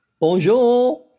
Bonjour